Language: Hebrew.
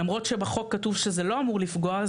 למרות שבחוק כתוב שזה לא אמור לפגוע,